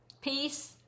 Peace